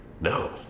no